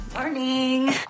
Morning